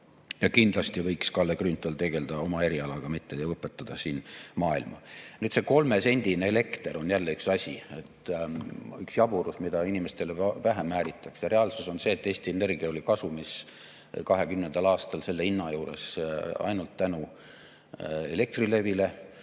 Ja kindlasti võiks Kalle Grünthal tegeleda oma erialaga, mitte õpetada siin maailma. Nüüd, see 3-sendine elekter on jälle üks asi, üks jaburus, mida inimestele pähe määritakse. Reaalsus on see, et Eesti Energia oli kasumis 2020. aastal selle hinna juures ainult tänu Elektrilevile,